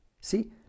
See